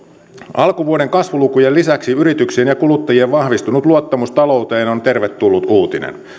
alkuvuoden kasvulukujen lisäksi yrityksien ja kuluttajien vahvistunut luottamus talouteen on tervetullut uutinen